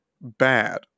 bad